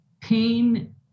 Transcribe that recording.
pain